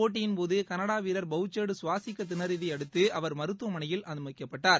போட்டியின்போது Canada வீரர் Bouchard கவாசிக்க தினறியதை அடுத்து அவர் மருத்துவமனையில் அனுமதிக்கப்பட்டார்